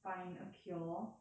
find a cure